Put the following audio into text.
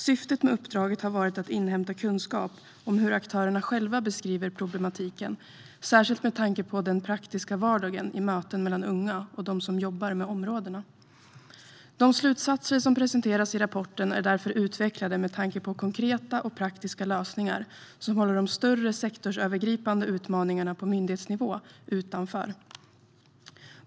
Syftet med uppdraget har varit att inhämta kunskap om hur aktörerna själva beskriver problematiken, särskilt med tanke på den praktiska vardagen i möten mellan unga och dem som jobbar med områdena. De slutsatser som presenteras i rapporten är därför utvecklade med tanke på konkreta och praktiska lösningar som håller de större sektorsövergripande utmaningarna på myndighetsnivå utanför.